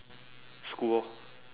school lor